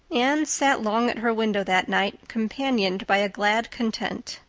anne sat long at her window that night companioned by a glad content.